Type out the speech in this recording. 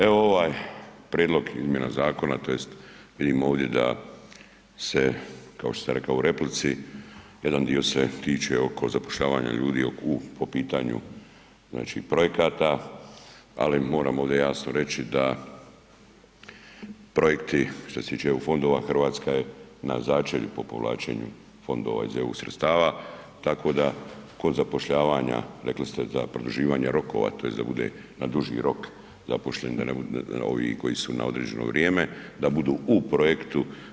Evo ovaj prijedlog izmjena zakona tj. vidim ovdje da se kao što sam rekao u replici, jedan dio se tiče oko zapošljavanja ljudi po pitanju projekata, ali moram ovdje jasno reći da projekti što se tiče eu fondova Hrvatska je na začelju po povlačenju fondova iz eu sredstava, tako da kod zapošljavanja, rekli ste za produživanje rokova tj. da bude na duži rok zaposlen ovi koji su na određeno vrijeme da budu u projektu.